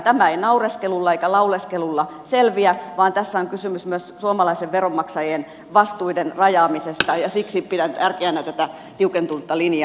tämä ei naureskelulla eikä lauleskelulla selviä vaan tässä on kysymys myös suomalaisten veronmaksajien vastuiden rajaamisesta ja siksi pidän tärkeänä tätä sdpn johdolla tiukentunutta linjaa